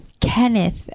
Kenneth